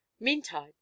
Meantime